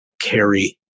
carry